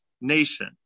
nation